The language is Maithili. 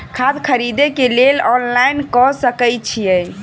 खाद खरीदे केँ लेल ऑनलाइन कऽ सकय छीयै?